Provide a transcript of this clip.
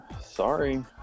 Sorry